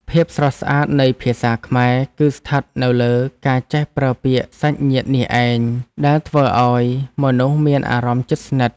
ភាពស្រស់ស្អាតនៃភាសាខ្មែរគឺស្ថិតនៅលើការចេះប្រើពាក្យសាច់ញាតិនេះឯងដែលធ្វើឱ្យមនុស្សមានអារម្មណ៍ជិតស្និទ្ធ។